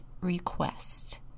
request